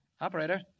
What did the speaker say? Operator